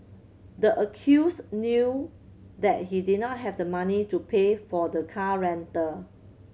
the accused knew that he did not have the money to pay for the car rental